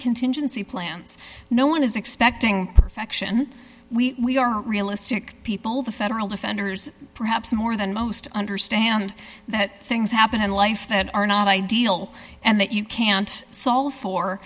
contingency plans no one is expecting perfection we are realistic people the federal defenders perhaps more than most understand that things happen in life that are not ideal and that you can't solve for